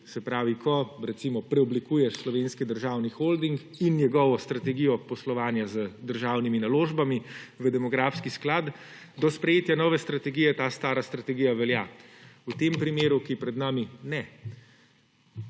Se pravi, ko, recimo, preoblikuješ Slovenski državni holding in njegovo strategijo poslovanja z državnimi naložbami v demografski sklad do sprejetja nove strategije ta stara strategija velja. V tem primeru, ki je pred nami ne.